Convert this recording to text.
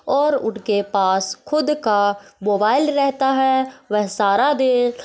और उनके पास खुद का खुद का मोबाइल रहता है वह सारा दिन